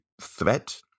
threat